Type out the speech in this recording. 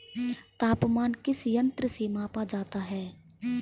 तापमान किस यंत्र से मापा जाता है?